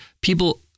people